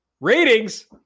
ratings